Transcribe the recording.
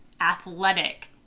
athletic